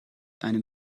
einem